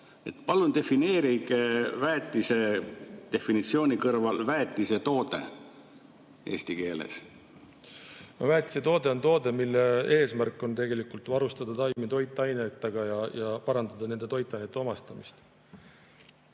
Palun defineerige väetise kõrval ka väetisetoode eesti keeles. Väetisetoode on toode, mille eesmärk on varustada taime toitainetega ja parandada nende toitainete omastamist.